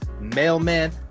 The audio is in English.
mailman